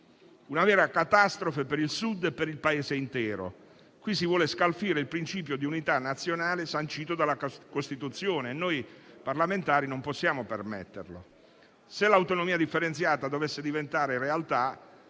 una vera catastrofe per il Sud e per il Paese intero. Si vuole scalfire il principio di unità nazionale, sancito dalla Costituzione, e noi parlamentari non possiamo permetterlo. Se l'autonomia differenziata dovesse diventare realtà,